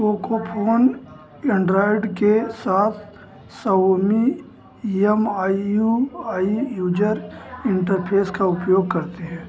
Poco phone Android के साथ Xiaomi M I U I user interface का उपयोग करते हैं